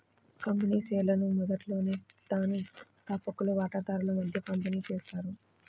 company షేర్లను మొదట్లోనే దాని స్థాపకులు వాటాదారుల మధ్య పంపిణీ చేస్తారు